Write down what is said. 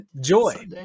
Joy